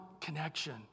connection